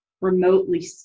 remotely